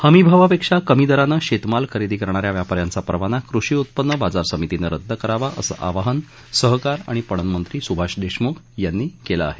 हमीभावापेक्षा कमी दराने शेतमाल खरेदी करणाऱ्या व्यापाऱ्यांचा परवाना कृषी उत्पन्न बाजार समितीनं रद्द करावा असे आवाहन सहकार आणि पणन मंत्री सुभाष देशमुख यांनी केलं आहे